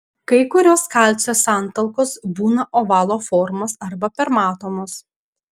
kai kurios kalcio santalkos būna ovalo formos arba permatomos